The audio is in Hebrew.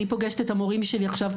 אני פוגשת את המורים שלי עכשיו,